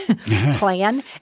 plan